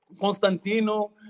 Constantino